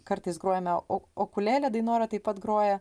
kartais grojame o okulėle dainora taip pat groja